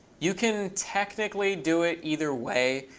you can technically do it either way,